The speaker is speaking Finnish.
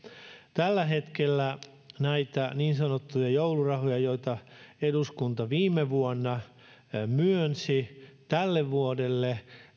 tällä hetkellä näistä niin sanotuista joulurahoista joita eduskunta viime vuonna myönsi tälle vuodelle